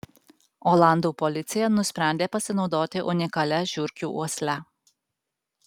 olandų policija nusprendė pasinaudoti unikalia žiurkių uosle